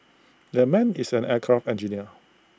that man is an aircraft engineer